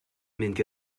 mynd